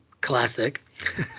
classic